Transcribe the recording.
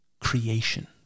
creation